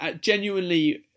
genuinely